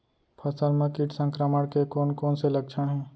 फसल म किट संक्रमण के कोन कोन से लक्षण हे?